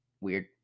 weird